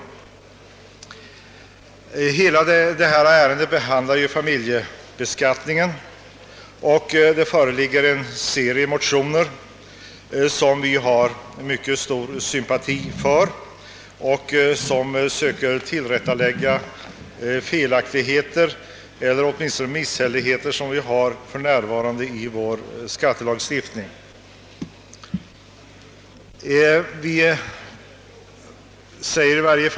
Detta ärende handlar om familjebeskattningen, och där har det väckts en hel serie motioner som vi har mycket stor sympati för och vari motionärerna söker rätta till de felaktigheter — eller i varje fall oklarheter — som för närvarande finns i vår skattelagstiftning.